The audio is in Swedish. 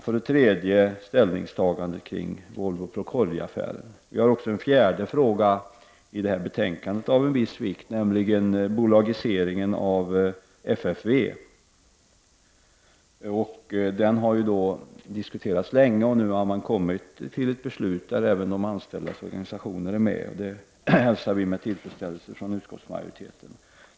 För det tredje: Vi måste ta ställning kring Volvo-Procordia-affären. Vi har även en fjärde fråga i betänkandet av en viss vikt, nämligen bolagisering av FFV. Frågan har diskuterats länge, och nu har man kommit fram till ett beslut där även de anställdas organisationer medverkar. Det hälsar vi med tillfredsställelse från utskottsmajoriteten.